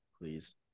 please